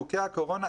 חוקי הקורונה,